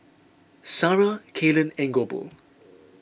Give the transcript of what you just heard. Sarrah Kaylen and Goebel